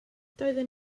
doeddwn